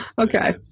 Okay